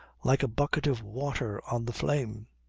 like a bucket of water on the flame.